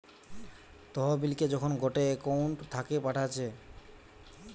তহবিলকে যখন গটে একউন্ট থাকে পাঠাচ্ছে